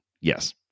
yes